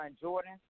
Jordan